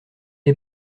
est